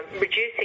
reducing